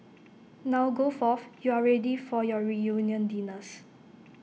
now go forth you are ready for your reunion dinners